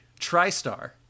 Tristar